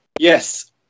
Yes